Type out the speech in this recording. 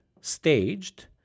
staged